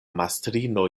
mastrino